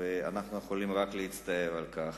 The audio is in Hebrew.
ואנחנו יכולים רק להצטער על כך.